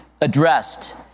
addressed